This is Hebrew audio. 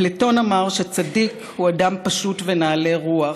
אפלטון אמר שצדיק הוא אדם פשוט ונעלה רוח,